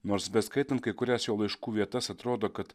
nors beskaitant kai kurias jo laiškų vietas atrodo kad